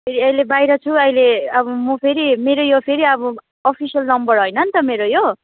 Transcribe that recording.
अहिले बाहिर छु अहिले अब म फेरि मेरो यो फेरि अब अफिसियल नम्बर होइन नि त मेरो यो